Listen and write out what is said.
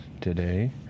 today